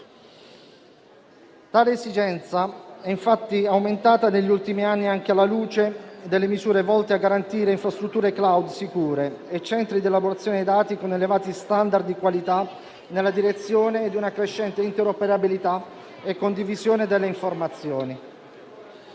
Tale esigenza è infatti aumentata negli ultimi anni, anche alla luce delle misure volte a garantire infrastrutture *cloud* sicure e centri di elaborazione dati con elevati *standard* di qualità, nella direzione di una crescente interoperabilità e condivisione delle informazioni.